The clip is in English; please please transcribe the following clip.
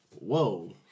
whoa